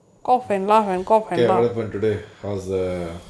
கேவல பண்ணு:kevala pannu today was a